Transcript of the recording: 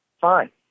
fine